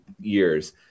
years